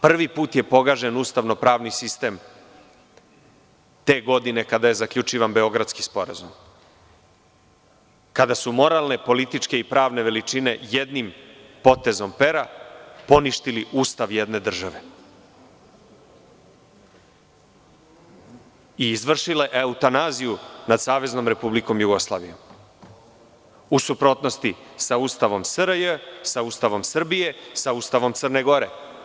Prvi put je pogažen ustavno-pravni sistem te godine kada je zaključivan Beogradski sporazum, kada su moralne, političke i pravne veličine jednim potezom pera poništili Ustav jedne države i izvršile eutanaziju nad Saveznom Republikom Jugoslavijom, u suprotnosti sa Ustavom SRJ, sa Ustavom Srbije, sa Ustavom Crne Gore.